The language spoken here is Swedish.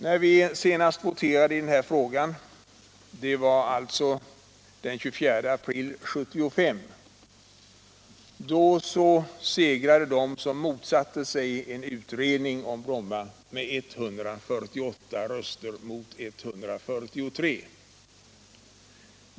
När vi senast voterade i den här frågan, den 24 april 1975, segrade de som motsatte sig en utredning om Bromma med 148 röster mot 143.